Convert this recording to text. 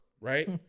right